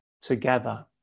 together